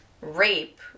rape